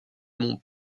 mon